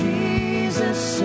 Jesus